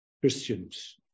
Christians